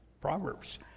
Proverbs